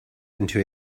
into